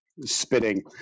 spitting